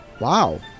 wow